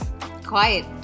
quiet